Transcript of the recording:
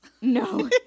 No